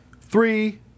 three